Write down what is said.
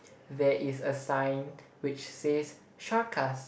there is a sign which says shore cast